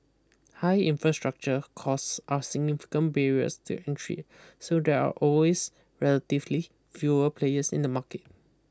high infrastructure costs are significant barriers to entry so there are always relatively fewer players in the market